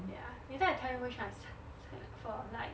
ya later I tell you which one I s~ signed up for